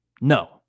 No